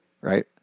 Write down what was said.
right